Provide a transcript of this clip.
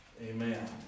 Amen